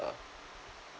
err